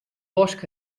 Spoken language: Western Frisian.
bosk